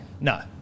no